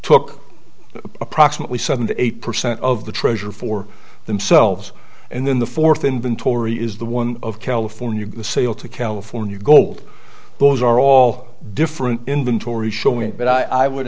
took approximately seventy eight percent of the treasure for themselves and then the fourth inventory is the one of california the sale to california gold those are all different inventory showing but i would